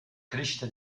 crescita